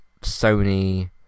Sony